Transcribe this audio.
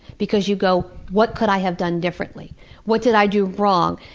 because you go, what could i have done differently? what did i do wrong?